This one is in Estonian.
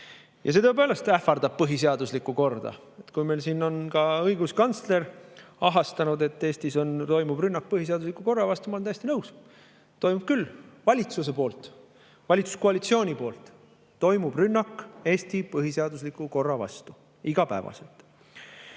See tõepoolest ähvardab põhiseaduslikku korda. Meil on ka õiguskantsler ahastanud, et Eestis toimub rünnak põhiseadusliku korra vastu, ja ma olen täiesti nõus, toimub küll – valitsuse poolt. Valitsuskoalitsiooni poolt toimub rünnak Eesti põhiseadusliku korra vastu igapäevaselt. See